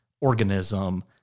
organism